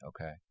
Okay